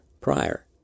prior